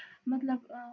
مطلب